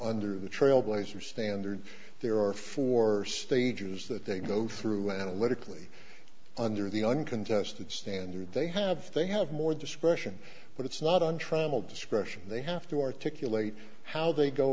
under the trailblazer standard there are four stages that they go through analytically under the uncontested standard they have they have more discretion but it's not on travel discretion they have to articulate how they go